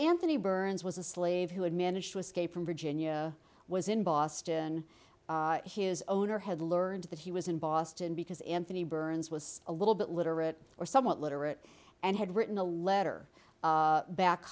anthony burns was a slave who had managed to escape from virginia was in boston his owner had learned that he was in boston because anthony burns was a little bit literate or somewhat literate and had written a letter back